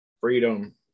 Freedom